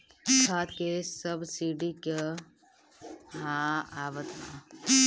खाद के सबसिडी क हा आवत बा?